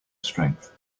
strength